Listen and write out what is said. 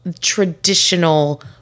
traditional